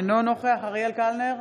אינו נוכח אריאל קלנר,